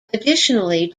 additionally